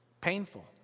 Painful